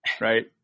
right